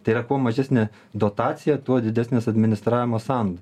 tai yra kuo mažesnė dotacija tuo didesnis administravimo sąnauda